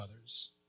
others